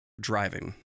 driving